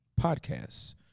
podcasts